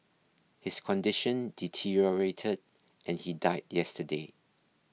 his condition deteriorated and he died yesterday